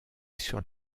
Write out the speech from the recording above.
sur